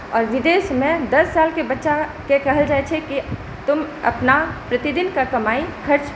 आओर विदेशमे दश सालके बच्चाकेँ कहल जाइ छै कि तुम अपना प्रतिदिनका कमाई खर्च